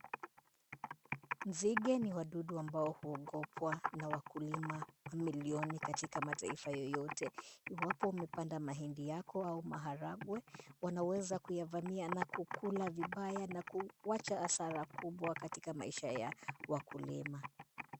Nzige ni wadudu ambao huogopwa na wakulima milioni katika mataifa yoyote. Iwapo umepanda mahindi yako au maharagwe. Wanaweza kuyavamia na kukula vibaya na kuacha hasara kubwa katika maisha ya wakulima.